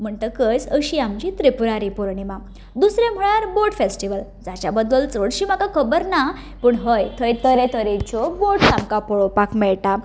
म्हणटकच अशी आमची त्रिपुरारी पुर्णीमा दुसरें म्हळ्यार बोट फेस्टीवल जाचे बद्दल चडशें म्हाका खबर ना पूण हय थंय तरेतरेच्यो बोट आमकां पळोवपाक मेळटा